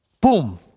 boom